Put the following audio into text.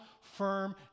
firm